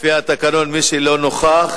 לפי התקנון, מי שלא נוכח,